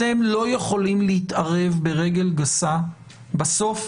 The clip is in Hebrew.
אתם לא יכולים להתערב ברגל גסה בסוף